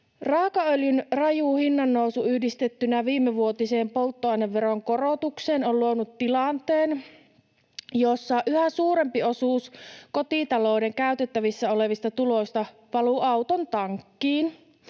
Raakaöljyn raju hinnannousu yhdistettynä viimevuotiseen polttoaineveron korotukseen on luonut tilanteen, jossa yhä suurempi osuus kotitalouden käytettävissä olevista tuloista valuu auton tankkiin